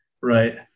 right